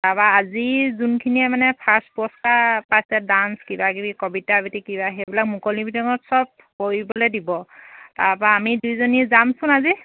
তাৰপৰা আজি যোনখিনিয়ে মানে ফাৰ্ষ্ট পুৰস্কাৰ পাইছে ডান্স কিবাকিবি কবিতা আবৃতি কিবা সেইবিলাক মুকলি মিটিঙত চব কৰিবলৈ দিব তাৰপৰা আমি দুইজনী যামচোন আজি